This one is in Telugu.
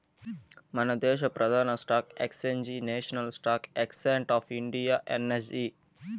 మనదేశ ప్రదాన stock exchange national stock exchange of India NSE